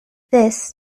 this